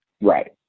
Right